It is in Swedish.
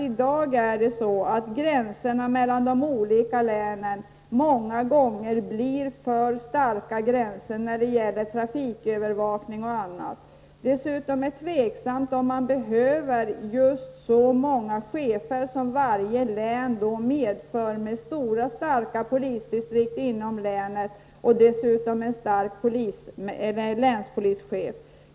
I dag är gränserna mellan de olika länen många gånger för starka när det gäller trafikövervakning och annat. Dessutom är det tveksamt om man behöver så många chefer som varje län medför, med stora och starka polisdistrikt inom länet och dessutom en stark länspolischef.